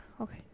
Okay